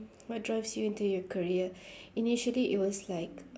what drives you to your career initially it was like